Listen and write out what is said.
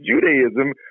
Judaism